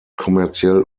kommerziell